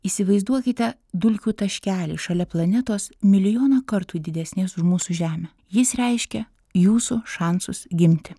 įsivaizduokite dulkių taškelį šalia planetos milijoną kartų didesnės už mūsų žemę jis reiškia jūsų šansus gimti